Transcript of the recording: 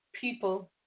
people